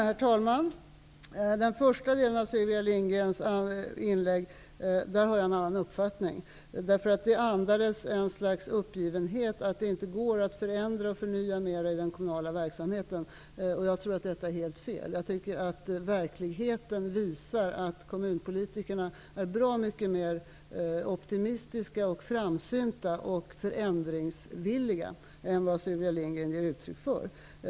Herr talman! Vad gäller det som sades i den första delen av Sylvia Lindgrens inlägg har jag en annan uppfattning. Det andades ett slags uppgivenhet, att det inte går att förändra och förnya mera i den kommunala verksamheten. Jag tror att detta är helt fel. Jag tycker att verkligheten visar att kommunpolitikerna är bra mycket mer optimistiska, framsynta och förändringsvilliga än vad Sylvia Lindgren ger uttryck för.